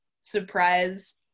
surprise